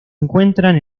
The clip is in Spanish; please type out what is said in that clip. encuentran